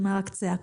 שמע רק צעקות,